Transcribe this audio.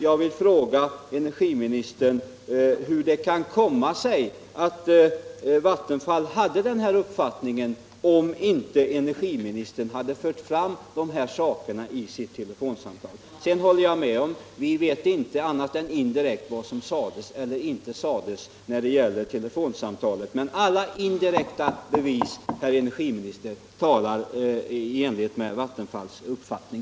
Jag vill fråga energiministern hur det kan komma sig att Vattenfall hade den uppfattningen, om inte energiministern hade fört fram dessa krav i sitt telefonsamtal. Jag håller med om att vi inte vet annat än indirekt vad som sades eller inte sades, men alla indirekta bevis talar för Vattenfalls uppfattning.